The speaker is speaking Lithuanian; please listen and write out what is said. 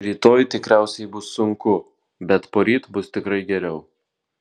rytoj tikriausiai bus sunku bet poryt bus tikrai geriau